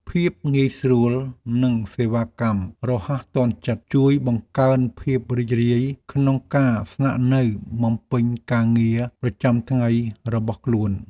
ភាពងាយស្រួលនិងសេវាកម្មរហ័សទាន់ចិត្តជួយបង្កើនភាពរីករាយក្នុងការស្នាក់នៅបំពេញការងារប្រចាំថ្ងៃរបស់ខ្លួន។